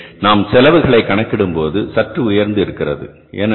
எனவே நாம் செலவுகளை கணக்கிடும்போது சற்று உயர்ந்து இருக்கிறது